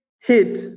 hit